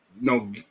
no